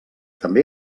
també